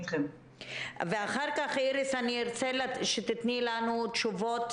אחר כך אני ארצה שתתני לנו תשובות